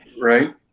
Right